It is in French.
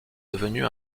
devenue